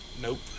Nope